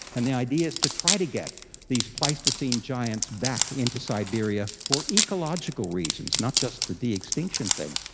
and the idea is to try to get these pleistocene giants back into siberia for ecological reasons, not just the de-extinction thing.